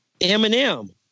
Eminem